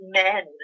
men